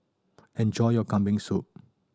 enjoy your Kambing Soup